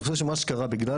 אני חושב שמה שקרה, בגלל